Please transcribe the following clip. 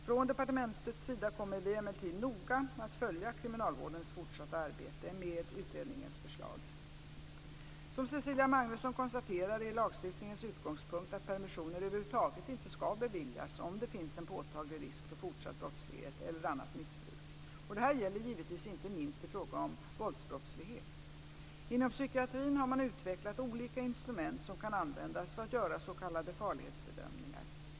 Från departementets sida kommer vi emellertid noga att följa kriminalvårdens fortsatta arbete med utredningens förslag. Som Cecilia Magnusson konstaterar är lagstiftningens utgångspunkt att permissioner över huvud taget inte ska beviljas om det finns en påtaglig risk för fortsatt brottslighet eller annat missbruk. Detta gäller givetvis inte minst i fråga om våldsbrottslighet. Inom psykiatrin har man utvecklat olika instrument som kan användas för att göra s.k. farlighetsbedömningar.